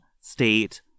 state